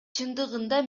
чындыгында